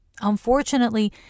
Unfortunately